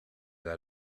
out